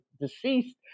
deceased